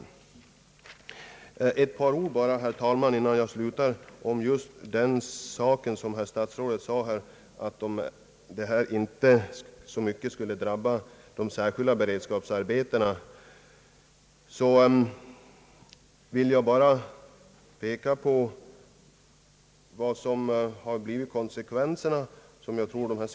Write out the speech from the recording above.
Så ett par ord, herr talman, innan jag slutar, angående vad statsrådet sade om att indragningen inte så mycket skulle drabba de särskilda beredskapsarbetena.